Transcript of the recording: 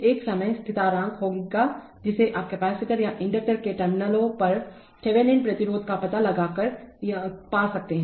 एक समय स्थिरांक होगा जिसे आप कपैसिटर या इंडक्टर के टर्मिनलों पर थेवेनिन प्रतिरोध का पता लगाकर पा सकते हैं